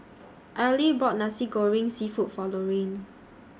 Arely bought Nasi Goreng Seafood For Loraine